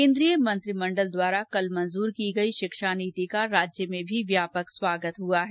केन्द्रीय मंत्रिमंडल द्वारा कल मंजूर की गई शिक्षा नीति का राज्य में भी व्यापक स्वागत हुआ है